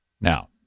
Now